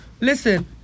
Listen